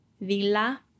Villa